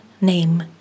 name